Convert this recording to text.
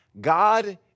God